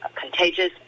contagious